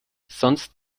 sonst